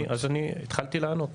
אז אני התחלתי לענות.